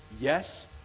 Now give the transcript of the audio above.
yes